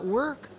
work